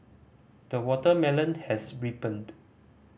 the watermelon has ripened